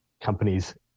companies